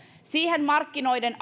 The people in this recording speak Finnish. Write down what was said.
niihin markkinoihin